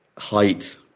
height